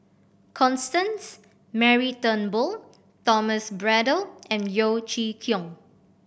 Constance Mary Turnbull Thomas Braddell and Yeo Chee Kiong